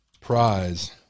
prize